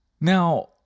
Now